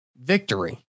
victory